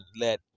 let